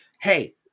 hey